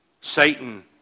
Satan